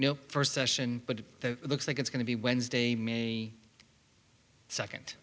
no first session but it looks like it's going to be wednesday may second